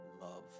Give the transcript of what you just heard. love